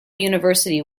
university